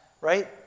right